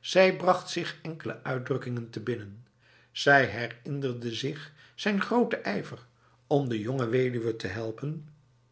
zij bracht zich enkele uitdrukkingen te binnen zij herinnerde zich zijn grote ijver om de jonge weduwe te helpen